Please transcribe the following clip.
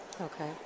okay